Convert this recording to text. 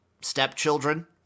stepchildren